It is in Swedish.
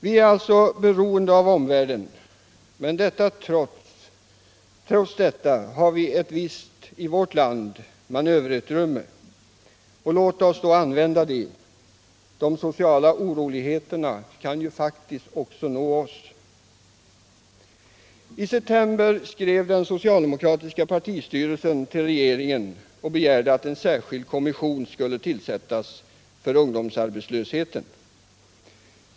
Vi är alltså beroende av omvärlden, men trots detta har vi i vårt land ett visst manöverutrymme. Låt oss då använda det! De sociala oroligheterna kan faktiskt också nå oss. I september skrev den socialdemokratiska partistyrelsen till regeringen och begärde att en särskild kommission skulle tillsättas med anledning av ungdomsarbetslösheten.